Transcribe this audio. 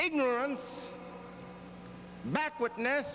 ignorance backwardness